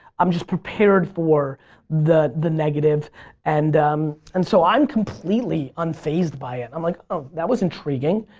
i'm just prepared for the the negative and and so i'm completely unfazed by it. i'm like, oh, that was intriguing.